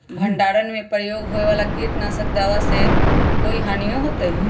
भंडारण में प्रयोग होए वाला किट नाशक दवा से कोई हानियों होतै?